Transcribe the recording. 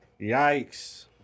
Yikes